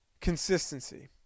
consistency